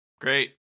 Great